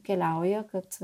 keliauja kad